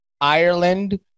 Ireland